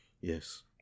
Yes